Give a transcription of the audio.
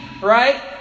right